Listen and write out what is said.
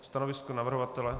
Stanovisko navrhovatele?